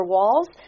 Walls